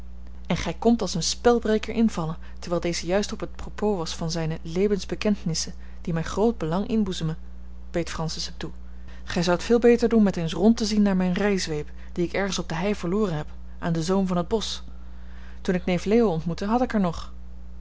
en gij komt als een spelbreker invallen terwijl deze juist op het propos was van zijne lebensbekentnisse die mij groot belang inboezemen beet francis hem toe gij zoudt veel beter doen met eens rond te zien naar mijne rijzweep die ik ergens op de hei verloren heb aan den zoom van het bosch toen ik neef leo ontmoette had ik haar nog